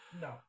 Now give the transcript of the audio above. no